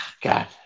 God